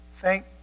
Thank